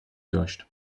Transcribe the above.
داشت